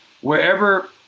wherever